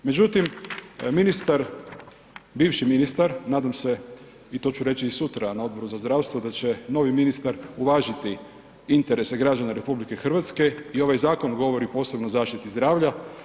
Međutim, ministar, bivši ministar nadam se i to ću reći i sutra na Odboru za zdravstvo da će novi ministar uvažiti interese građana Republike Hrvatske i ovaj zakon govori posebno o zaštiti zdravlja.